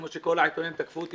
כמו שכל העיתונים תקפו אותי